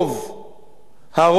הרוב הגדול,